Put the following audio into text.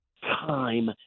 time